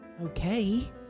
Okay